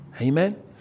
Amen